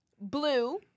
blue